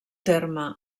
terme